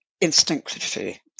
instinctively